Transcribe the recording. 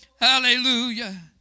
Hallelujah